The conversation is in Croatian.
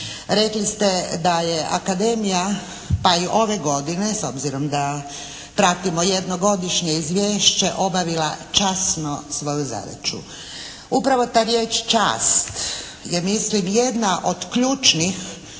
Rekli ste da je Akademija, pa i ove godine, s obzirom da pratimo jednogodišnje izvješće obavila časno svoju zadaću. Upravo ta riječ: "čast" je mislim jedna od ključnih